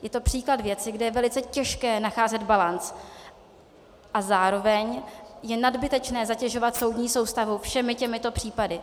Je to příklad věci, kde je velice těžké nacházet balanc a zároveň je nadbytečné zatěžovat soudní soustavu všemi těmito případy.